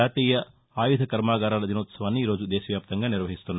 జాతీయ ఆయుధ కర్మాగారాల దినోత్పవాన్ని ఈ రోజు దేశవ్యాప్తంగా నిర్వహిస్తున్నారు